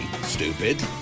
stupid